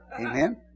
Amen